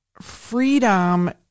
freedom